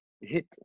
hit